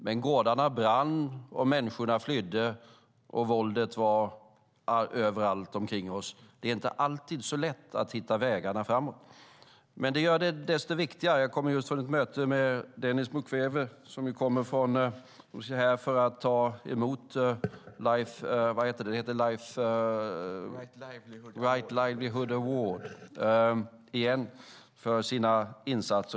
Men gårdarna brann, människorna flydde, och våldet var överallt omkring oss. Det är inte alltid så lätt att hitta vägarna framåt. Men det gör det desto viktigare. Jag kommer just från ett möte med Denis Mukwege, som är här för att ta emot Right Livelihood Award för sina insatser.